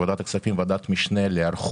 ועדת הכספים, ועדת משנה להיערכות